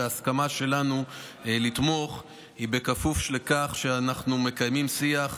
ההסכמה שלנו לתמוך היא בכפוף לכך שאנחנו מקיימים שיח.